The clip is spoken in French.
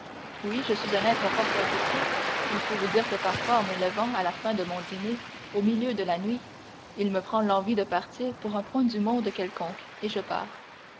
oui je suis un être fort capricieux il faut vous dire que parfois en me levant à la fin de mon dîner au milieu de la nuit il me prend l'envie de partir pour un point du monde quelconque et je pars